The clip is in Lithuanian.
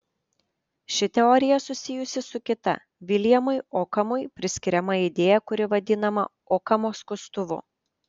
ši teorija susijusi su kita viljamui okamui priskiriama idėja kuri vadinama okamo skustuvu